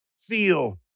feel